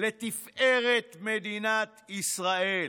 לתפארת מדינת ישראל.